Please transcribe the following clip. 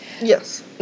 Yes